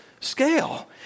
scale